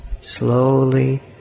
slowly